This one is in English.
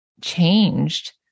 changed